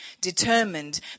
determined